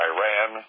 Iran